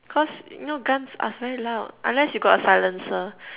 cos you know guns are very loud unless you got silencer